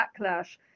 backlash